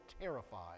terrified